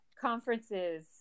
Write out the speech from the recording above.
conferences